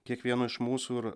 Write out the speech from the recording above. kiekvieno iš mūsų